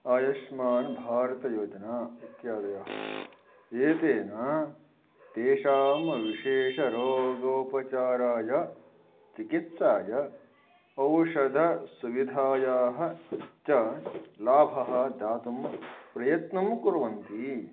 आयुष्मान् भारतयोजना इत्यादयः एतेन तेषां विशेषरोगोपचाराय चिकित्सायै औषधं सुविधायाः च लाभः दातुं प्रयत्नं कुर्वन्ति